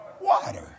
Water